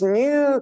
new